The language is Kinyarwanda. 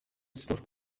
sport